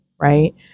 right